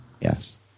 Yes